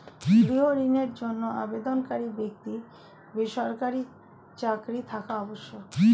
গৃহ ঋণের জন্য আবেদনকারী ব্যক্তি কি সরকারি চাকরি থাকা আবশ্যক?